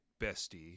bestie